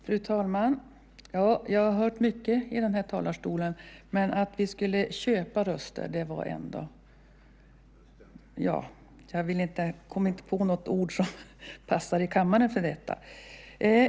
Fru talman! Jag har hört mycket från den här talarstolen, men att vi skulle köpa röster, det var ändå - jag kommer inte på något ord som passar i kammaren för detta!